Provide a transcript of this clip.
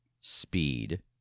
speed